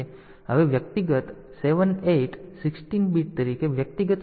તેથી હવે વ્યક્તિગત 7 8 તેથી 16 બીટ તરીકે વ્યક્તિગત સ્થાનો X નંબર 16 બીટ છે